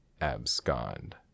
abscond